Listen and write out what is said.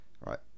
right